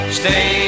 stay